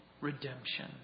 redemption